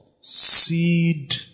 Seed